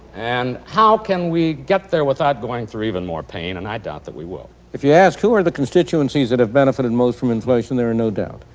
and how can we get there without going through even more pain, and i doubt that we will. friedman if you ask who are the constituencies that have benefited most from inflation there are no doubt,